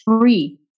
free